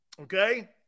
Okay